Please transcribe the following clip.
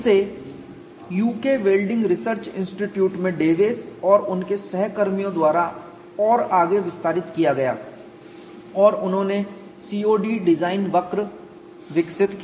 इसे UK welding research institute में Dawes और उनके सहकर्मियों द्वारा और आगे विस्तारित किया गया और उन्होंने COD डिजाइन वक्र विकसित किया